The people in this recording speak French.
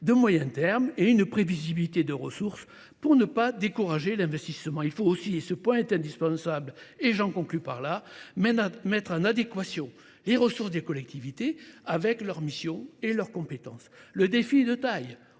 de moyen terme et une prévisibilité des ressources pour ne pas décourager l’investissement. Il faut aussi, et ce point est indispensable, mettre en adéquation les ressources des collectivités avec leurs missions et leurs compétences. Le défi est de taille.